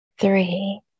three